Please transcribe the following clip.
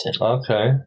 Okay